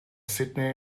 sydney